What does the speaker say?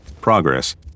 progress